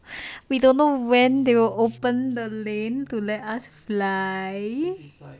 we don't know when they will open the lane to let us fly